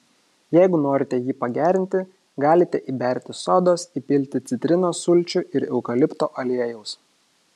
jei norite jį pagerinti galite įberti sodos įpilti citrinos sulčių ir eukalipto aliejaus